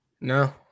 No